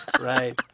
Right